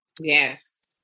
Yes